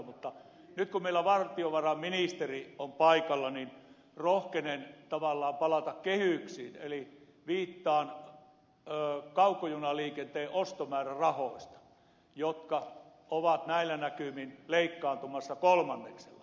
mutta nyt kun meillä valtiovarainministeri on paikalla niin rohkenen tavallaan palata kehyksiin eli viittaan kaukojunaliikenteen ostomäärärahoihin jotka ovat näillä näkymin leikkaantumassa kolmanneksella